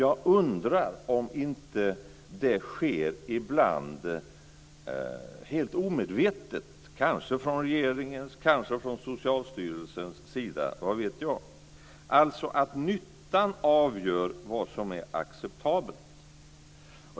Jag undrar om det inte ibland sker helt omedvetet, kanske från regeringens och kanske från Socialstyrelsens sida - vad vet jag? Nyttan avgör alltså vad som är acceptabelt.